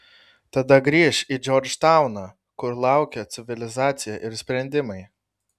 tada grįš į džordžtauną kur laukė civilizacija ir sprendimai